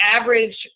average